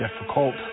difficult